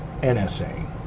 NSA